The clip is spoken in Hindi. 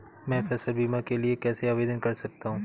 मैं फसल बीमा के लिए कैसे आवेदन कर सकता हूँ?